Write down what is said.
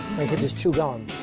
i'll get these two going.